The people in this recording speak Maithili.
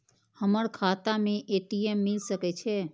हमर खाता में ए.टी.एम मिल सके छै?